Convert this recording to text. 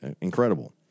Incredible